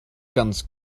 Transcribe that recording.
ganz